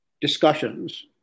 discussions